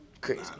Crazy